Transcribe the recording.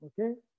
Okay